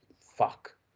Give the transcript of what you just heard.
Fuck